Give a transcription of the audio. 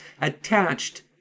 attached